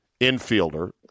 infielder